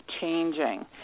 changing